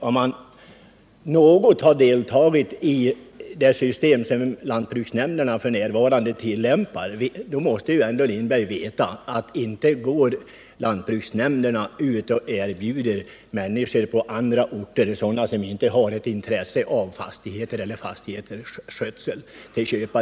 Om herr Lindberg något har deltagit i det system som lantbruksnämnderna f. n. tillämpar, måste väl herr Lindberg ändå veta ati lantbruksnämnderna inte går ut och erbjuder människor på andra orter, som inte har intresse av jordoch skogsbruk eller deras skötsel, att köpa.